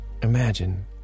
Imagine